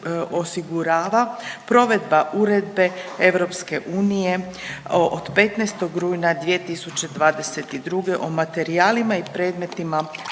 osigurava provedba Uredbe EU od 15. rujna 2022. o materijalima i predmetima